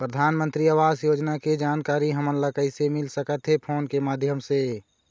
परधानमंतरी आवास योजना के जानकारी हमन ला कइसे मिल सकत हे, फोन के माध्यम से?